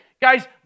Guys